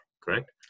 correct